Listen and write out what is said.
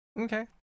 Okay